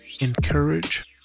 encourage